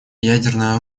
ядерное